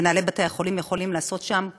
מנהלי בתי-החולים יכולים לעשות שם כרצונם.